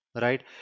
right